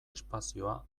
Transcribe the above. espazioa